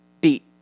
beat